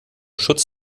schutz